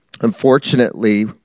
Unfortunately